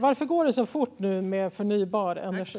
Varför går det så fort nu med förnybar energi?